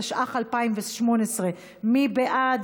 התשע"ח 2018. מי בעד?